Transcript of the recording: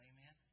Amen